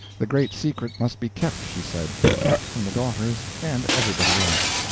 the great secret must be kept, she said kept from the daughters and everybody else.